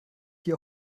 die